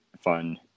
fun